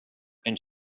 and